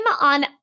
on